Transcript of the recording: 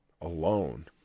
alone